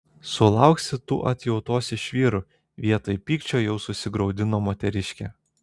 sulauksi tu atjautos iš vyrų vietoj pykčio jau susigraudino moteriškė